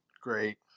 Great